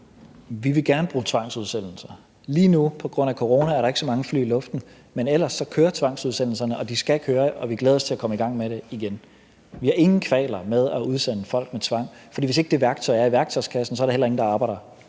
Vi vil gerne bruge tvangsudsendelser. Lige nu på grund af corona er der ikke så mange fly i luften, men ellers kører tvangsudsendelserne, og de skal køre, og vi glæder os til at komme i gang med det igen. Vi har ingen kvaler med at udsende folk med tvang, for hvis ikke det værktøj er i værktøjskassen, er der heller ingen, der accepterer